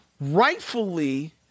rightfully